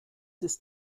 ist